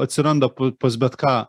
atsiranda pul pas bet ką